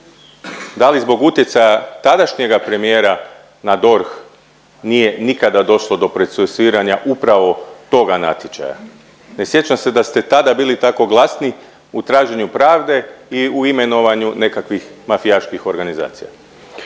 Da li zbog utjecaja tadašnjega premijera na DORH nije nikada došlo do procesuiranja upravo toga natječaja. Ne sjećam se da ste tada bili tako glasni u traženju pravde i u imenovanju nekakvih mafijaških organizacija.